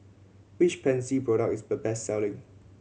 which Pansy product is the best selling